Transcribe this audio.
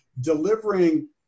delivering